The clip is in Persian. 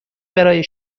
برای